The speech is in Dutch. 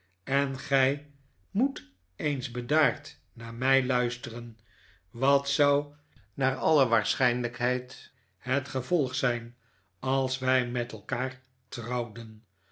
en gij moet eens b e daar d naar mij luisteren wat zou naar alle waarschijnlijkheid het gevolg zijn als wij met elkaar trouwden